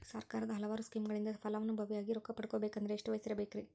ಸರ್ಕಾರದ ಹಲವಾರು ಸ್ಕೇಮುಗಳಿಂದ ಫಲಾನುಭವಿಯಾಗಿ ರೊಕ್ಕ ಪಡಕೊಬೇಕಂದರೆ ಎಷ್ಟು ವಯಸ್ಸಿರಬೇಕ್ರಿ?